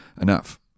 enough